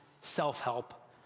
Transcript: self-help